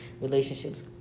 relationships